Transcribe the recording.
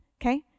okay